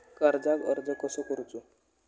कर्जाक अर्ज कसो करूचो?